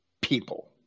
people